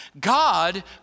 God